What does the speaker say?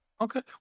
Okay